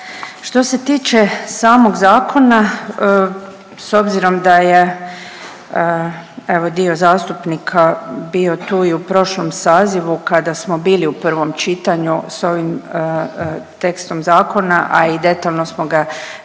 Što se tiče samog zakona, s obzirom da je evo dio zastupnika bio tu i u prošlom sazivu kada smo bili u prvom čitanju s ovim tekstom zakona, a i detaljno smo ga predstavili